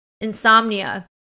insomnia